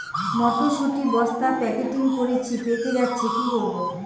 মটর শুটি বস্তা প্যাকেটিং করেছি পেকে যাচ্ছে কি করব?